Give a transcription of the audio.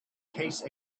case